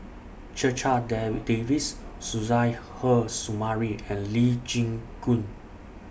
Checha Davies Suzairhe Sumari and Lee Chin Koon